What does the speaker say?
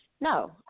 No